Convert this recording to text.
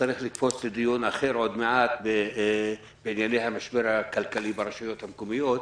נצטרך לקפוץ עוד מעט לדיון אחר בעניין המשבר הכלכלי ברשויות המקומיות.